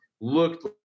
looked